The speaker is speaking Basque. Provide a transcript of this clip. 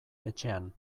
etxean